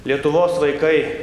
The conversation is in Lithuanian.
lietuvos vaikai